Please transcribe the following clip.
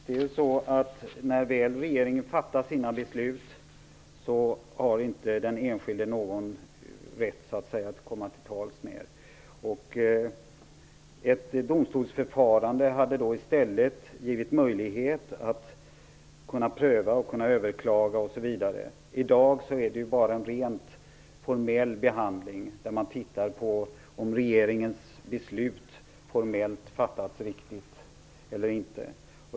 När regeringen väl har fattat sina beslut har inte den enskilde någon rätt att ytterligare komma till tals. Ett domstolsförfarande hade i stället givit möjligheter till prövning och överklagande. I dag är behandlingen ju rent formell. Man tittar på om regeringens beslut fattats formellt riktigt eller inte.